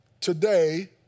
today